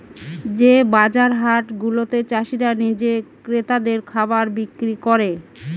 যে বাজার হাট গুলাতে চাষীরা নিজে ক্রেতাদের খাবার বিক্রি করে